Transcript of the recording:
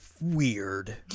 weird